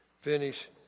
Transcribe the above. Finish